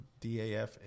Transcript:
DAF